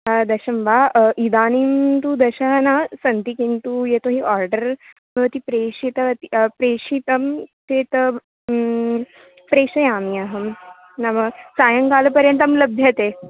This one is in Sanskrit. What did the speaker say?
आ दश वा इदानीं तु दश न सन्ति किन्तु यतो हि ओर्डर् भवती प्रेषितवती प्रेषितं चेत् प्रेषयामि अहं नाम सायङ्कालपर्यन्तं लभ्यते